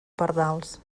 pardals